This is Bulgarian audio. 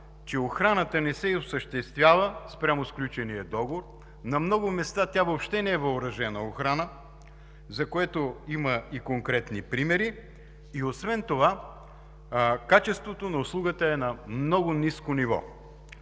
че охраната не се осъществява спрямо сключения договор. На много места тя въобще не е въоръжена охрана, за което има и конкретни примери. Освен това качеството на услугата е на много ниско ниво,